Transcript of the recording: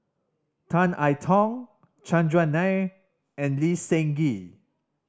Tan I Tong Chandran Nair and Lee Seng Gee